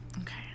Okay